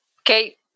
Okay